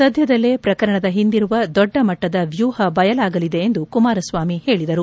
ಸದ್ದದಲ್ಲೇ ಪ್ರಕರಣದ ಹಿಂದಿರುವ ದೊಡ್ಡ ಮಟ್ಟದ ವ್ಯೂಪ ಬಯಲಾಗಲಿದೆ ಎಂದು ಕುಮಾರಸ್ನಾಮಿ ಹೇಳಿದರು